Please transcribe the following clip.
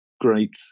great